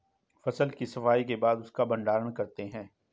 फसल की सफाई के बाद उसका भण्डारण करते हैं